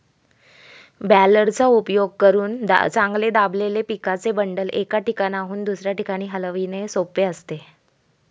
बॅलरचा उपयोग करून चांगले दाबलेले पिकाचे बंडल, एका ठिकाणाहून दुसऱ्या ठिकाणी हलविणे सोपे असते